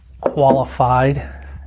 qualified